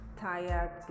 tired